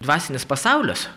dvasinis pasaulis